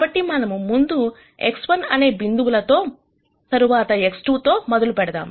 కాబట్టి మనము ముందు X1 అనే బిందువు తో తరువాత X2 తో మొదలు పెడదాము